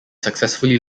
successfully